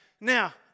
Now